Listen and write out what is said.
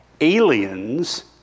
Aliens